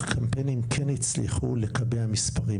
לקמפיינים שכן הצליחו לקבע מספרים,